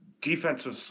Defensive